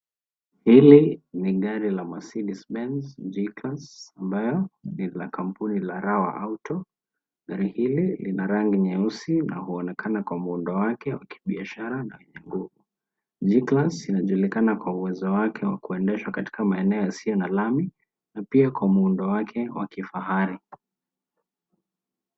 Hili ni gari la Mercedez Benz G class ambayo ni la kampuni la Rawa Auto .Gari hili linarangi nyeusi na huonekana kwa muundo wake wa kibiashara na wenye nguvu.G Class inajulikana kwa uwezo wake wa kuedeshwa katika maeneo yasiyo na lami na pia kwa muundo wake wa kifahari.